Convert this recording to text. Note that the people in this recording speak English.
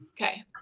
Okay